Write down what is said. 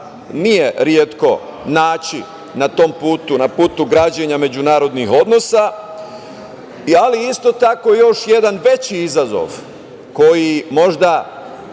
nije retko naći na tom putu, na putu građenja međunarodnih odnosa, ali isto tako još jedan veći izazov koji možda